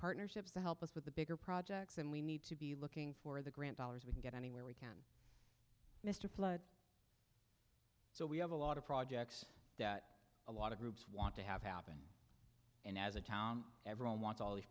partnerships to help us with the bigger projects and we need to be looking for the grant dollars we can get anywhere we can mr flood so we have a lot of projects that a lot of groups want to have happen and as a town everyone wants all these